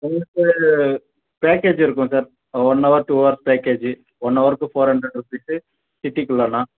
உங்களுக்கு பேக்கேஜ் இருக்கும் sir one hour two hours package one அவருக்கு ஃபோர் ஹண்ரட் ருப்பீஸு சிட்டிக்குள்ளன்னா